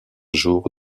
jour